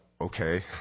Okay